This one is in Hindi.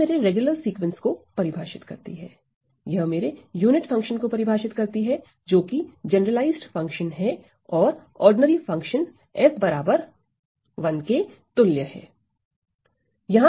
यह मेरे रेगुलर सीक्वेंस को परिभाषित करती है यह मेरे यूनिट फंक्शन को परिभाषित करती है जो कि जनरलाइज्ड फंक्शन है और साधारण फंक्शन f1 के समतुल्य है